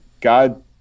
God